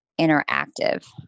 interactive